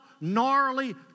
gnarly